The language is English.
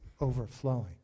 overflowing